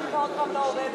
הטכניקה עוד פעם לא עובדת,